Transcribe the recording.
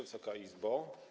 Wysoka Izbo!